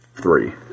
three